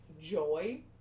joy